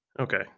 Okay